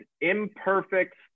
Imperfect